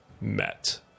met